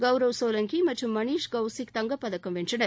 கவ்ரவ் சோலங்கி மற்றும் மணீஷ் கவ்சிக் தங்கப்பதக்கம் வென்றனர்